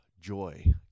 joy